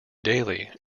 daily